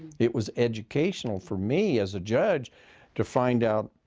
it was educational for me as a judge to find out